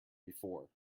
before